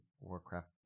Warcraft